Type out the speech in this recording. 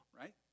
right